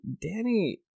Danny